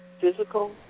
physical